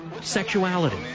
sexuality